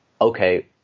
okay